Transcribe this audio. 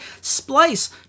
Splice